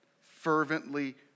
fervently